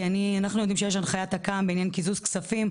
כי אנחנו יודעים שיש הנחיית אקמ בעניין קיזוז כספים,